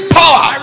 power